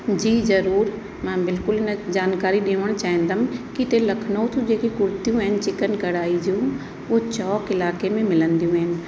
जी ज़रूरु मां बिल्कुल न जानकारी ॾेअण चाहींदमि की हिते लखनऊ जूं जेके कुर्तियूं आहिनि चिकन कढ़ाई जूं उहे चौक इलाइक़े में मिलंदियूं आहिनि